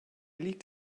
liegt